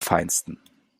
feinsten